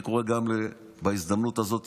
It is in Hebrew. אני קורא גם בהזדמנות הזאת,